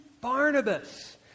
Barnabas